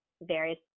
various